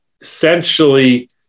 essentially